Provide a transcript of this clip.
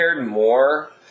more